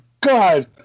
God